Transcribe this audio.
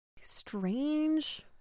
strange